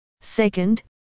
Second